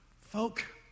Folk